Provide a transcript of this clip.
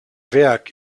werk